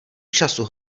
času